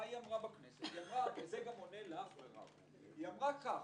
מה היא אמרה בכנסת - וזה גם עונה לך מירב - היא אמרה כך: